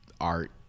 art